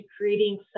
creating